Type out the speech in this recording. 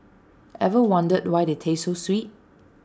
ever wondered why they taste so sweet